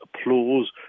applause